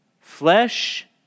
flesh